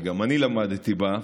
כי גם אני למדתי בה,